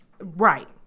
Right